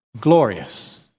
glorious